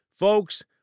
Folks